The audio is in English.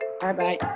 Bye-bye